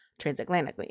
transatlantically